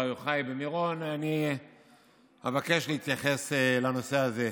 יוחאי במירון אבקש להתייחס לנושא הזה,